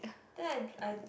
then I I